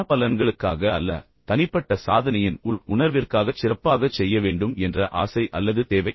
பண பலன்களுக்காக அல்ல தனிப்பட்ட சாதனையின் உள் உணர்விற்காகச் சிறப்பாகச் செய்ய வேண்டும் என்ற ஆசை அல்லது தேவை